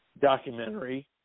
documentary